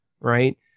right